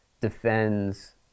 defends